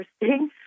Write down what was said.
interesting